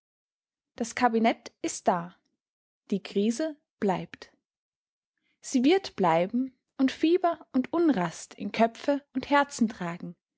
das kabinett ist da die krise bleibt sie wird bleiben und fieber und unrast in köpfe und herzen tragen